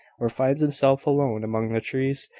or finds himself alone among the trees,